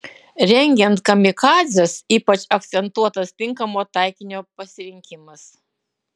rengiant kamikadzes ypač akcentuotas tinkamo taikinio pasirinkimas